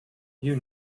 you